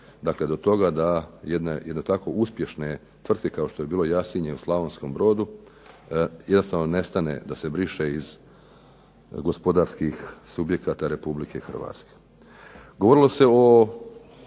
dovelo do toga da jedne tako uspješne tvrtke kao što je bilo Jasinje u Slavonskom brodu, jednostavno nestane, da se briše iz gospodarskih subjekata Republike Hrvatske.